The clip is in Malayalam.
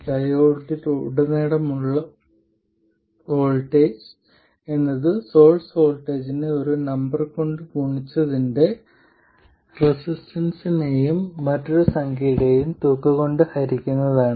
ഡയോഡിലുടനീളമുള്ള വോൾട്ടേജ് എന്നത് സോഴ്സ് വോൾട്ടജിനെ ഒരു നമ്പർ കൊണ്ട് ഗുണിച്ചതിനെ റെസിസ്റ്റൻസിന്റെയും മറ്റൊരു സംഖ്യയുടെയും തുക കൊണ്ട് ഹരിക്കുന്നതാണ്